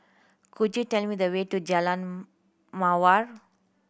could you tell me the way to Jalan Mawar